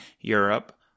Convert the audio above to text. Europe